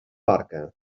barca